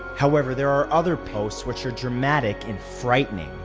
however, there are other posts which are dramatic and frightening.